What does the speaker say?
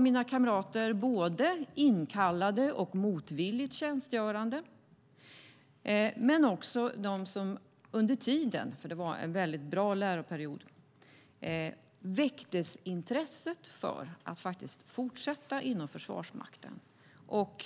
Mina kamrater var både inkallade och tjänstgjorde motvilligt. Men under tiden - det var en bra läroperiod - väcktes intresset för att fortsätta inom Försvarsmakten och